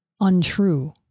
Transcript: untrue